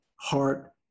heart